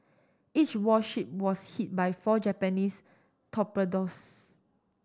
each warship was hit by four Japanese torpedoes